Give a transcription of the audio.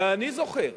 ואני זוכר